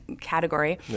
category